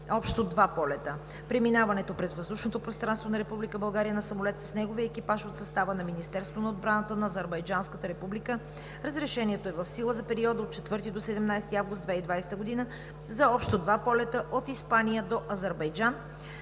(общо два полета); - преминаването през въздушното пространство на Република България на самолет с неговия екипаж от състава на Министерството на отбраната на Азербайджанската република. Разрешението е в сила за периода от 4 до 17 август 2020 г., за общо два полета от Испания до Азербайджан.